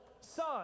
son